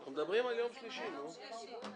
הם אמרו שהם יגיעו.